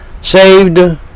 Saved